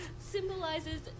symbolizes